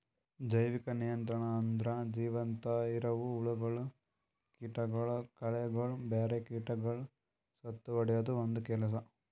ಜೈವಿಕ ನಿಯಂತ್ರಣ ಅಂದುರ್ ಜೀವಂತ ಇರವು ಹುಳಗೊಳ್, ಕೀಟಗೊಳ್, ಕಳೆಗೊಳ್, ಬ್ಯಾರೆ ಕೀಟಗೊಳಿಗ್ ಸತ್ತುಹೊಡೆದು ಒಂದ್ ಕೆಲಸ